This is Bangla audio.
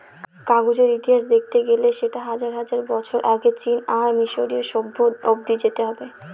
কাগজের ইতিহাস দেখতে গেলে সেটা হাজার হাজার বছর আগে চীন আর মিসরীয় সভ্য অব্দি যেতে হবে